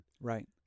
Right